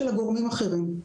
אלא גורמים אחרים.